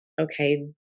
okay